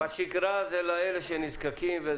בשגרה זה לאלה שנזקקים.